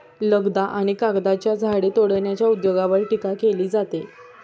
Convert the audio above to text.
लगदा आणि कागदाच्या झाडे तोडण्याच्या उद्योगावर टीका केली जाते